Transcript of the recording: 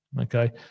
Okay